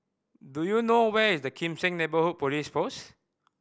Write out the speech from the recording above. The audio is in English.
do you know where is the Kim Seng Neighbourhood Police Post